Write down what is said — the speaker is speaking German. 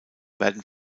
werden